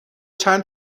چند